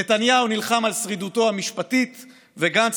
נתניהו נלחם על שרידותו המשפטית וגנץ,